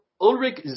Ulrich